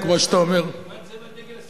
כמו שאתה אומר, מה צבע דגל סין?